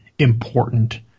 important